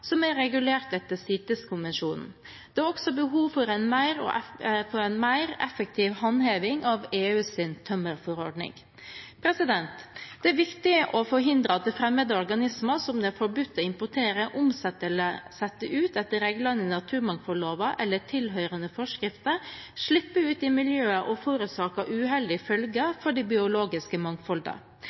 som er regulert etter CITES-konvensjonen. Det er også behov for en mer effektiv håndheving av EUs tømmerforordning. Det er viktig å forhindre at fremmede organismer som det er forbudt å importere, omsette eller sette ut etter reglene i naturmangfoldloven eller tilhørende forskrifter, slipper ut i miljøet og forårsaker uheldige følger for det biologiske